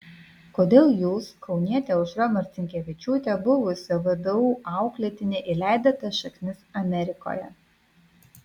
kodėl jūs kaunietė aušra marcinkevičiūtė buvusio vdu auklėtinė įleidote šaknis amerikoje